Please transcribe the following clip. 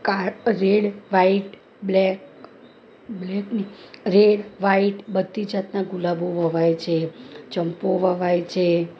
red white black black ની red white બધી જાતના ગુલાબો વવાય છે ચંપો વવાય છે